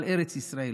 על ארץ ישראל.